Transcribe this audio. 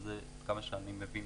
שזה עד כמה שאני מבין,